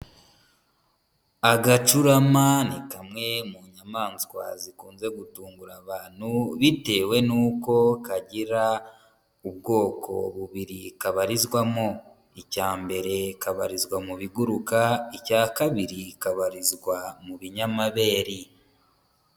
Agacurama ni kamwe mu nyamaswa zikunze gutungura abantu, bitewe n'uko kagira ubwoko bubiri kabarizwamo; icya mbere kabarizwa mu biguruka, icya kabiri kabarizwa mu binyamabere.